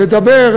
לדבר,